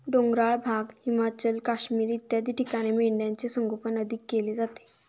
डोंगराळ भाग, हिमाचल, काश्मीर इत्यादी ठिकाणी मेंढ्यांचे संगोपन अधिक केले जाते